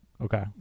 Okay